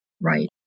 Right